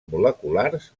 moleculars